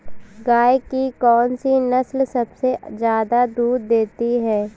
गाय की कौनसी नस्ल सबसे ज्यादा दूध देती है?